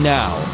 now